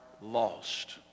lost